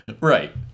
Right